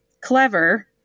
clever